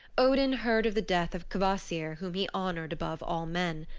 odin heard of the death of kvasir whom he honored above all men.